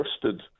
trusted